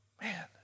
Man